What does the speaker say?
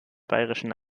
bayerischen